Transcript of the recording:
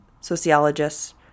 sociologists